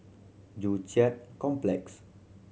Joo Chiat Complex